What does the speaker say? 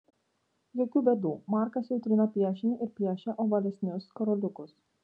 jokių bėdų markas jau trina piešinį ir piešia ovalesnius karoliukus